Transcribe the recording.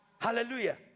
Hallelujah